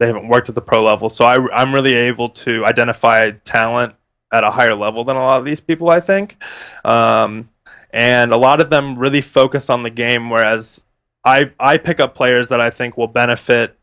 they haven't worked at the pro level so i really able to identify talent at a higher level than all these people i think and a lot of them really focus on the game whereas i pick up players that i think will benefit